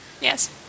yes